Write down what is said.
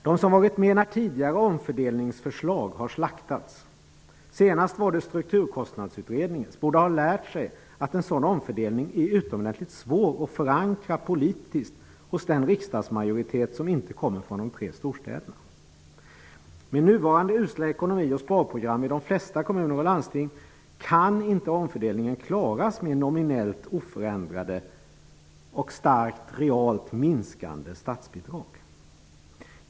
De som har varit med när tidigare omfördelningsförslag har slaktats -- senast var det strukturkostnadsutredningens -- borde har lärt sig att en sådan omfördelning är utomordentligt svår att förankra politiskt hos den riksdagsmajoritet som inte kommer från de tre storstäderna. Med nuvarande usla ekonomi och sparprogram i de flesta kommuner och landsting kan inte omfördelningen klaras med nominellt oförändrade och starkt realt minskande statsbidrag.